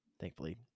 Thankfully